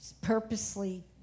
purposely